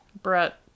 Brett